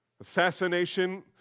Assassination